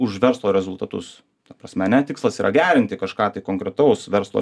už verslo rezultatus ta prasme ane tikslas yra gerinti kažką tai konkretaus verslo